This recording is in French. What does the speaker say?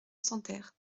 santerre